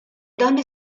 donne